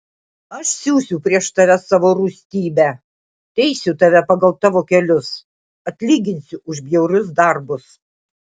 aš siųsiu prieš tave savo rūstybę teisiu tave pagal tavo kelius atlyginsiu už bjaurius darbus